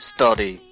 Study